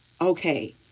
Okay